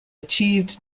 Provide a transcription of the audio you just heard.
achieved